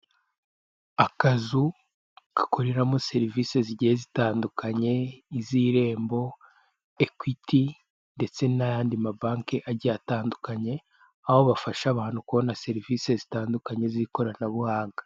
Akazu gakoreramo serivise zigiye zitandukanye iz'irembo, ekwiti ndetse n'ayandi mabanki agiye atandukanye aho bafasha abantu kubona serivise zitandukanye z'ikoranabuhanga.